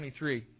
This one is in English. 23